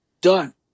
done